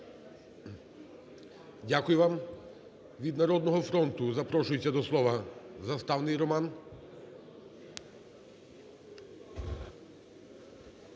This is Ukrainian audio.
Дякую вам. Від "Народного фронту" запрошується до слова Заставний Роман.